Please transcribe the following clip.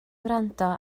wrando